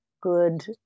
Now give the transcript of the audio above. good